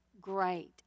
great